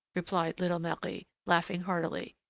replied little marie, laughing heartily,